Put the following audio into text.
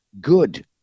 good